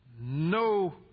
No